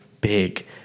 big